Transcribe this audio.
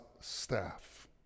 staff